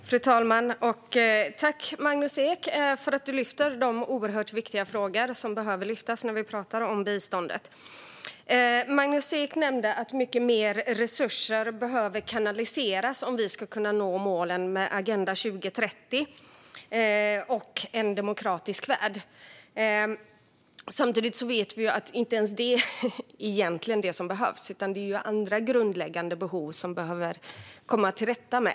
Fru talman! Tack, Magnus Ek, för att du tar upp de oerhört viktiga frågor som behöver lyftas fram när vi talar om biståndet. Magnus Ek nämnde att mycket mer resurser behöver kanaliseras om vi ska kunna nå målen med Agenda 2030 och en demokratisk värld. Samtidigt vet vi att detta egentligen inte är vad som behövs, utan det är andra grundläggande behov som man måste komma till rätta med.